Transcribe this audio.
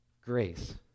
grace